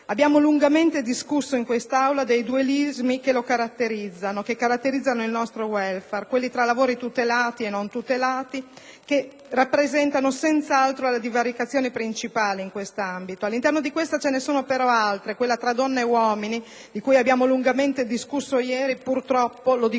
Abbiamo lungamente discusso in Aula dei dualismi che lo caratterizzano, che caratterizzano, in sostanza, il nostro *welfare*. Quello tra lavori tutelati e non tutelati rappresenta senz'altro la divaricazione principale in quest'ambito; al suo interno, però, ce ne sono altre: quella tra donne e uomini, di cui abbiamo lungamente discusso ieri, purtroppo (lo dico